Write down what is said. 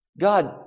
God